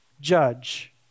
judge